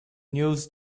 news